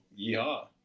yeehaw